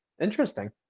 interesting